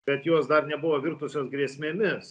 bet jos dar nebuvo virtusios grėsmėmis